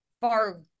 far